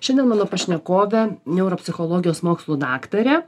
šiandien mano pašnekovė neuropsichologijos mokslų daktarė